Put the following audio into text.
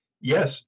Yes